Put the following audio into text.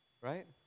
Right